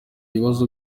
ibibazo